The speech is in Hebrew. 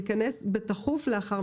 "בתכוף"?